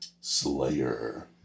Slayer